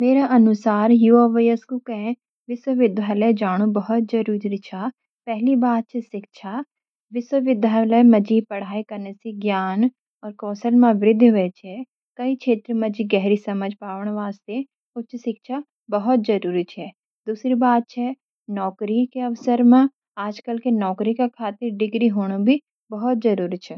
मेरा अनुसार युवा वयस्कों के विश्वविद्यालय जानु बहुत ज़रूरी छ। पहली बात छ शिक्षा, विश्वविद्यालय म पढ़ाई कन सी ज्ञान और कौशल म वृद्धि वे छ, कई क्षेत्रों म गहरी समझ पौन वास्ते उच्च शिक्षा बहुत जरूरी छ, दूसरी बात छ नौकरी का अवसर म, आजकल नौकरी खातिर डिग्री होन भी बहुत जरूरी छ।